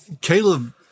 Caleb